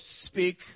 speak